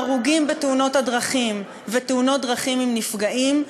ההרוגים בתאונות הדרכים ותאונות הדרכים עם נפגעים,